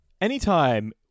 anytime